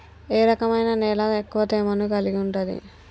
ఏ రకమైన నేల ఎక్కువ తేమను కలిగుంటది?